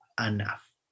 enough